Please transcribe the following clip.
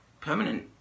permanent